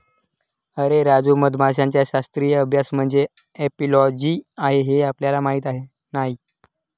अरे राजू, मधमाशांचा शास्त्रीय अभ्यास म्हणजे एपिओलॉजी आहे हे आपल्याला माहीत नाही